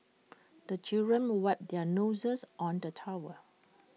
the children wipe their noses on the towel